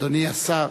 אדוני השר,